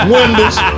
Windows